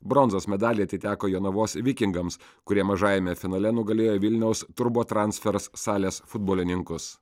bronzos medaliai atiteko jonavos vikingams kurie mažajame finale nugalėjo vilniaus turbotransfers salės futbolininkus